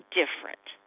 different